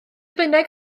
bynnag